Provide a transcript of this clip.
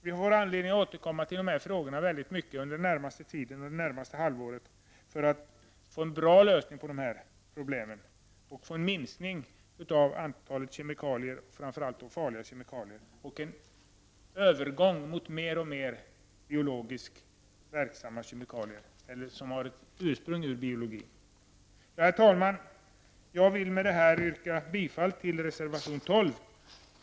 Vi får anledning att ofta återkomma till dessa frågor under det närmaste halvåret, så att vi får en bra lösning på dessa problem och får en minskning av antalet farliga kemikalier och en övergång till fler och fler kemikalier som har ett biologiskt ursprung. Herr talman! Jag vill med det anförda yrka bifall till reservation 12.